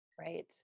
right